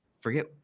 forget